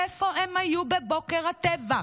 איפה הם היו בבוקר הטבח?